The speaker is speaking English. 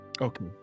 Okay